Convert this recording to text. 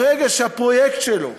ברגע שהפרויקט שלו,